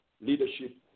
leadership